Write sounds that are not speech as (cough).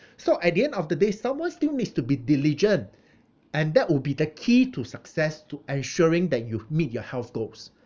(breath) so at the end of the day someone still needs to be diligent and that will be the key to success to ensuring that you meet your health goals